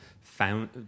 found